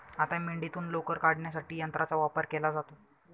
आता मेंढीतून लोकर काढण्यासाठी यंत्राचा वापर केला जातो